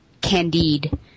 Candide